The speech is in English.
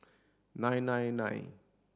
nine nine nine